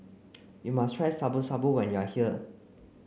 you must try Shabu Shabu when you are here